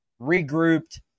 regrouped